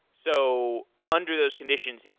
so under those conditions,